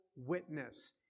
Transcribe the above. witness